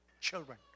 children